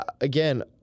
Again